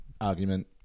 argument